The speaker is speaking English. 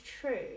true